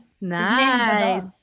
Nice